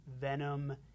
Venom